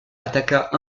attaqua